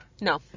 No